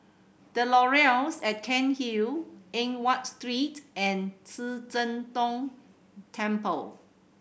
The Laurels at Cairnhill Eng Watt Street and Ci Zheng Gong Temple